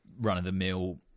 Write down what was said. run-of-the-mill